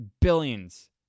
billions